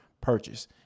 purchase